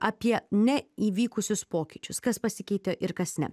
apie neįvykusius pokyčius kas pasikeitė ir kas ne